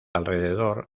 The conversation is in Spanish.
alrededor